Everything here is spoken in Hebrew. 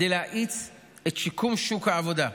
כדי להאיץ את שיקום שוק העבודה.